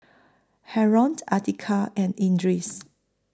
Haron Atiqah and Idris